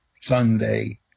Sunday